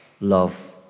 love